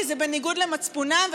כי זה בניגוד למצפונם,